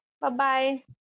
Bye-bye